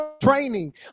Training